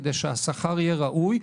כדי שהשכר יהיה ראוי.